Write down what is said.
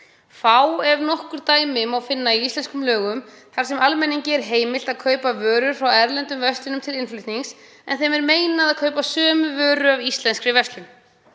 Fá ef nokkur dæmi má finna í íslenskum lögum þar sem almenningi er heimilt að kaupa vörur frá erlendum verslunum til innflutnings en honum meinað að kaupa sömu vöru af íslenskri verslun.